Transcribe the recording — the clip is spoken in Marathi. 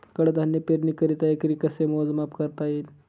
कडधान्य पेरणीकरिता एकरी कसे मोजमाप करता येईल?